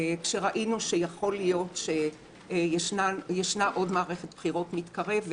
כשראינו שיכול להיות שמתקרבת עוד מערכת בחירות,